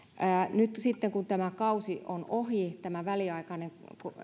sitten kun tämä kausi on ohi tämä väliaikainen